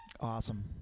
awesome